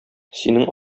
синең